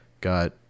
got